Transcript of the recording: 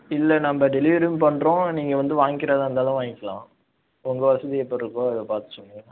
இல்லை நம்ப டெலிவரியும் பண்ணுறோம் நீங்கள் வந்து வாங்கிறதா இருந்தாலும் வாங்கிக்லாம் உங்கள் வசதி எப்படி இருக்கோ அதை பார்த்து சொல்லுங்கள்